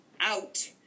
out